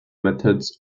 methods